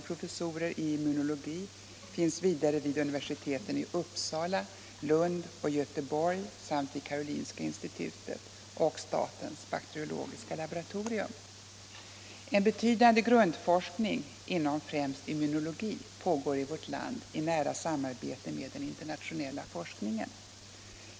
En betydande grundforskning inom främst immunologi pågår i vårt land i nära samarbete med den internationella forskningen.